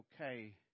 okay